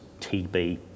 TB